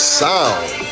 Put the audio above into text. sound